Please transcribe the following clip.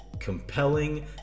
compelling